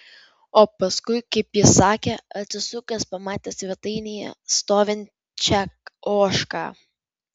o paskui kaip jis sakė atsisukęs pamatė svetainėje stovinčią ožką